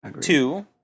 Two